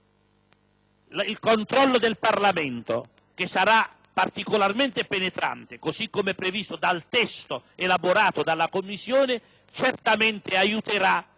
Il controllo del Parlamento che sarà particolarmente penetrante - così come previsto dal testo elaborato dalla Commissione - certamente aiuterà